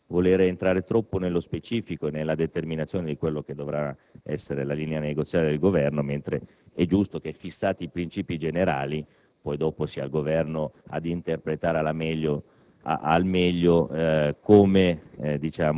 tale modifica perché ci rendiamo conto di voler entrare troppo nello specifico nella determinazione di quella che dovrà essere la linea negoziale del Governo. È giusto invece che, fissati i princìpi generali, sia il Governo ad interpretare al meglio